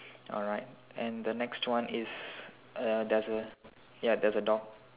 alright and the next one is uh there's a ya there's a dog